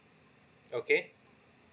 okay